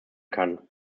kann